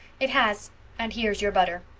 it has and here's your butter.